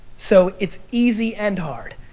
so it's easy and hard.